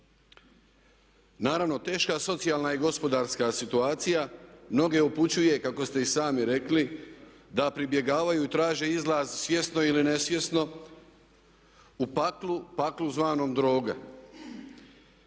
Naravno teška socijalna i gospodarska situacija mnoge upućuje kako ste i sami rekli da pribjegavaju i traže izlaz svjesno ili nesvjesno u paklu, paklu zvanom droga.